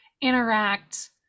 interact